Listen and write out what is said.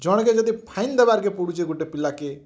ଜଣେ କେ ଯଦି ଫାଇନ୍ ଦେବାର୍ ପଡ଼ୁଛି ଗୋଟେ ପିଲାକେ